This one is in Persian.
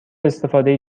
استفاده